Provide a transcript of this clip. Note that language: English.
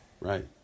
Right